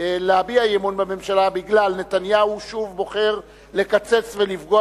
להביע אי-אמון בממשלה בשל: נתניהו שוב בוחר לקצץ ולפגוע